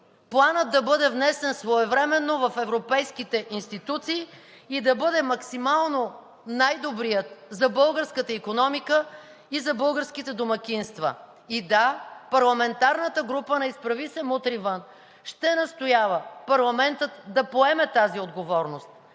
Планът да бъде внесен своевременно в европейските институции и да бъде максимално най-добрият за българската икономика и за българските домакинства. И, да, парламентарната група на „Изправи се! Мутри вън!“ ще настоява парламентът да поеме тази отговорност,